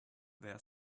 their